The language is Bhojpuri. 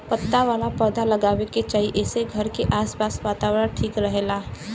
पत्ता वाला पौधा लगावे के चाही एसे घर के आस पास के वातावरण ठीक रहेला